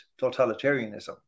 totalitarianism